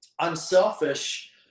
unselfish